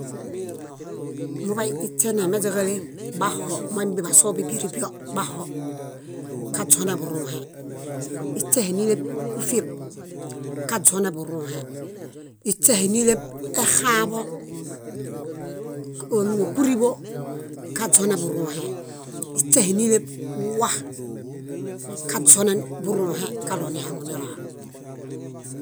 Muḃay iśe némeźaġaɭeṗ baxo, moinibiḃasobibirĩbio, baho kaźonẽḃurũhe, iśehe níleṗ kúfieb kaźonẽḃurũhe, iśehe níliḃu kaxaaḃõ ku- mimi kúriḃo kaźonẽḃurũhe, iśehe níleṗ wwa kaźonẽḃurũhe kaɭo nihaŋunilaa.